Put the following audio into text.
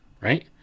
right